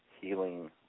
healing